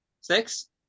Six